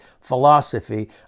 philosophy